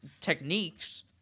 techniques